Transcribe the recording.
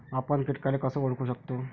आपन कीटकाले कस ओळखू शकतो?